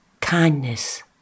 kindness